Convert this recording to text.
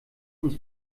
uns